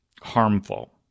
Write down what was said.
harmful